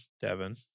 Devin